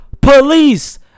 Police